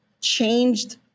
changed